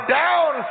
down